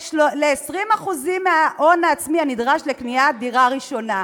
ל-20% מההון העצמי הנדרש לקניית דירה ראשונה.